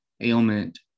ailment